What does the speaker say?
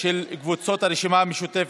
של קבוצת סיעת הרשימה המשותפת,